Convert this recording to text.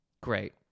great